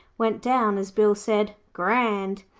went down, as bill said, grand.